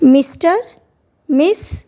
mister miss